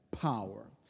power